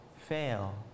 fail